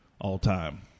all-time